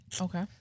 Okay